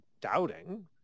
doubting